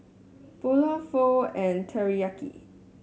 Pulao Pho and Teriyak